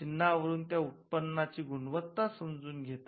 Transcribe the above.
चिन्हावरून त्या उत्पन्नाची गुणवत्ता समजून घेता